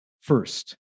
First